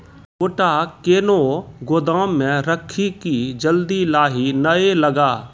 गोटा कैनो गोदाम मे रखी की जल्दी लाही नए लगा?